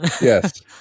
Yes